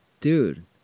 dude